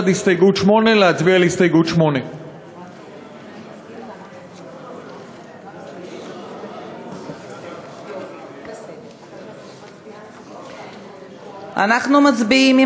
עד הסתייגות 8. להצביע על הסתייגות 8. אנחנו מצביעים,